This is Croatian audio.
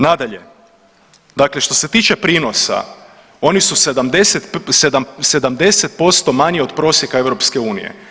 Nadalje, dakle što se tiče prinosa oni su 70% manji od prosjeka EU.